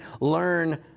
learn